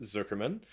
Zuckerman